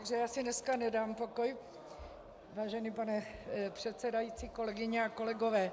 Takže já si dneska nedám pokoj, vážený pane předsedající, kolegyně a kolegové.